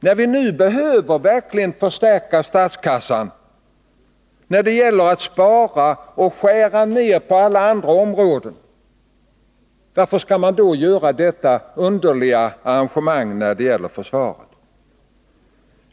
När vi nu verkligen behöver förstärka statskassan, när det gäller att spara och skära ner på alla andra områden, varför skall man då göra detta underliga arrangemang i fråga om försvaret?